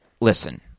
listen